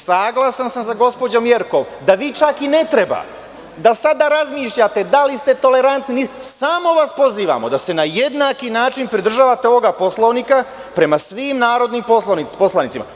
Saglasan sam sa gospođom Jerkov da vi čak i ne treba da sada razmišljate da li ste tolerantni, samo vas pozivamo da se na jednak način pridržavate tog Poslovnika prema svim narodnim poslanicima.